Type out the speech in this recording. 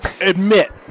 admit